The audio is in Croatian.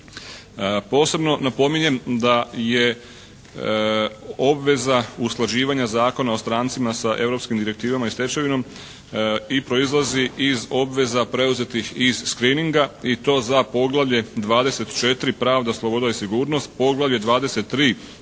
Posebno napominjem da je obveza usklađivanja Zakona o strancima sa europskim direktivama u stečevinom i proizlazi iz obveza preuzetih iz screeninga i to za poglavlje 24. Pravda, sloboda i sigurnost, poglavlje 23. Pravosuđe